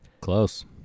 Close